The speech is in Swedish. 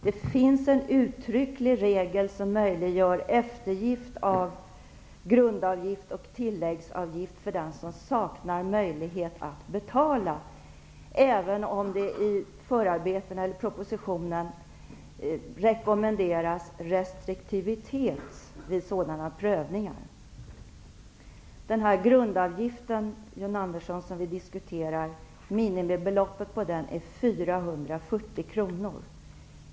Det finns en uttrycklig regel som möjliggör eftergift av grundavgift och tilläggsavgift för den som saknar möjlighet att betala, även om det i propositionen rekommenderas restriktivitet vid sådana prövningar. Minimibeloppet på den grundavgift som vi diskuterar är 440 kronor, John Andersson.